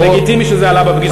לגיטימי שזה עלה בפגישה.